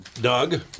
Doug